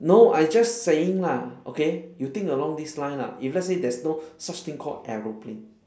no I just saying lah okay you think along this line lah if let's say there's no such thing call aeroplane